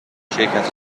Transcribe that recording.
شرکت